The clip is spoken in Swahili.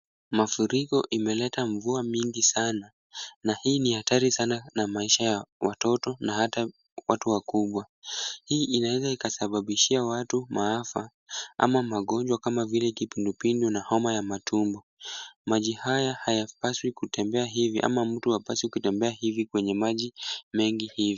Mafuriko imeleta mvua nyingi sana, na huu ni hatari sana na maisha ya watoto na hata watu wakubwa. Hili inaweza ikasababishia watu maafa ama magonjwa kama vile kipindupindu na homa ya matumbo. Maji haya hayapaswi kutembea hivi ama mtu hapaswi kutembea hivi kwenye maji mengi hivi.